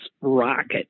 rocket